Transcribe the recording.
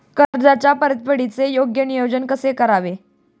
कर्जाच्या परतफेडीचे योग्य नियोजन कसे करावे?